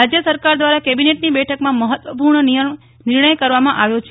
રાજ્ય સરકાર દ્વારા કેબિનેટની બેઠકમાં મહત્વપૂર્ણ નિર્ણય કરવામાં આવ્યો છે